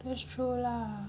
that's true lah